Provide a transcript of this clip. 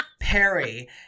Perry